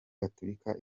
gatolika